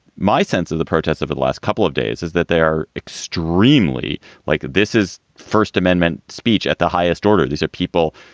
my sense of the protests over the last couple of days is that they are extremely like this is first amendment speech at the highest order. these are people,